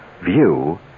view